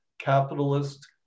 capitalist